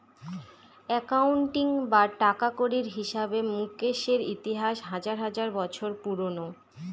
accounting বা টাকাকড়ির হিসাবে মুকেশের ইতিহাস হাজার হাজার বছর পুরোনো